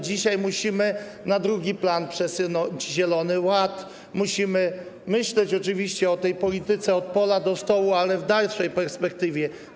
Dzisiaj musimy na drugi plan przesunąć zielony ład, musimy myśleć oczywiście o tej polityce od pola do stołu, ale w dalszej perspektywie.